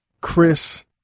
Chris